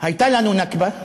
הייתה לנו נכבה,